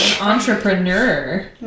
Entrepreneur